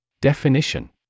Definition